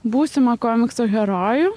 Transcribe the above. būsimą komiksų herojų